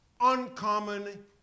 uncommon